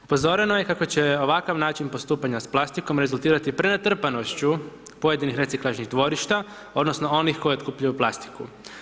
Upozoreno je kako će ovakav način postupanja s plastikom rezultirati prenatrpanošću pojedinih reciklažnih dvorišta odnosno onih koji otkupljuju plastiku.